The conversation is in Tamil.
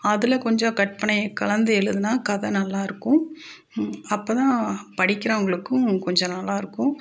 அதில் கொஞ்சம் கற்பனையை கலந்து எழுதினா கதை நல்லாயிருக்கும் அப்போ தான் படிக்கிறவங்களுக்கும் கொஞ்சம் நல்லாயிருக்கும்